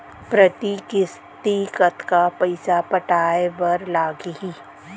प्रति किस्ती कतका पइसा पटाये बर लागही?